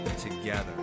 together